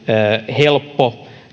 helppo